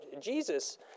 Jesus